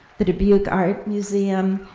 the dubuque art museum,